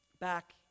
back